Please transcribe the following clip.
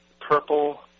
purple